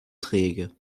träge